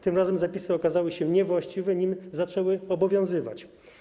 Tym razem zapisy okazały się niewłaściwe, nim zaczęły obowiązywać.